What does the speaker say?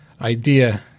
idea